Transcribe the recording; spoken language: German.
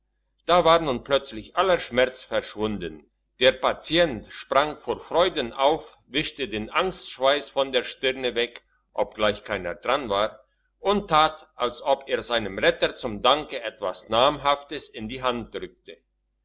da war nun plötzlich aller schmerz verschwunden der patient sprang vor freuden auf wischte den angstschweiss von der stirne weg obgleich keiner dran war und tat als ob er seinem retter zum danke etwas namhaftes in die hand drückte